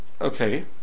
okay